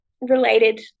related